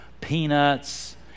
peanuts